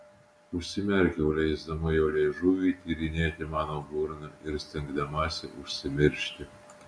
užsimerkiau leisdama jo liežuviui tyrinėti mano burną ir stengdamasi užsimiršti